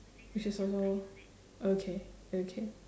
which is also okay okay